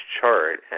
chart